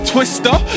Twister